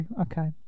Okay